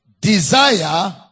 desire